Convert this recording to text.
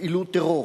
לפעילות טרור.